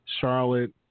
Charlotte